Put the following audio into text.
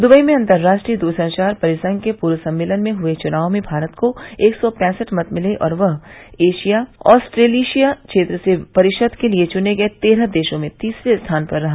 Dubai में अंतरराष्ट्रीय दूरसंचार परिसंघ के पूर्ण सम्मेलन में हुए चुनाव में भारत को एक सौ पैंसठ मत मिले और वह एशिया ऑस्ट्रेलेशिया क्षेत्र से परिषद के लिए चुने गए तेरह देशों में तीसरे स्थान पर रहा